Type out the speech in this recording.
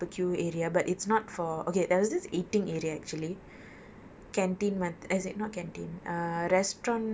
okay so there was the swimming pool there was a barbeque area but it's not for okay there was this eating area actually